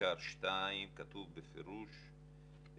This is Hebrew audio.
בעיקר 2 כתוב בפירוש,